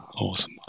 awesome